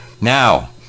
now